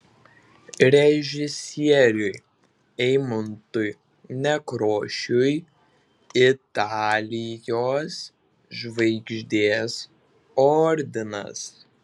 režisieriui eimuntui nekrošiui italijos žvaigždės ordinas